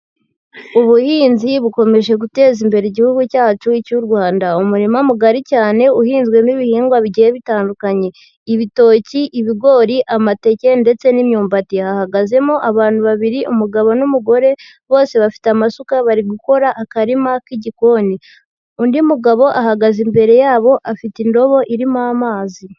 Ubuhinzi bukomeje gutezi imbere igihugu cyacu cy'u Rwanda. Umurima mugari cyane uhinzwemo ibihingwa bigiye bitandukanye, ibitoki, ibigori, amateke ndetse n'imyumbati, hahagazemo abantu babiri umugabo n'umugore, bose bafite amasuka bari gukora akarima k'igikoni. Undi mugabo ahagaze imbere yabo, afite indobo irimo amazi.